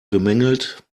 bemängelt